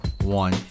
one